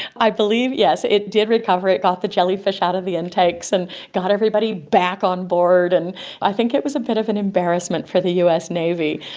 i believe yes, it did recover, it got the jellyfish out of the intakes and got everybody back on board. and i think it was a bit of an embarrassment for the us navy,